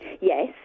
Yes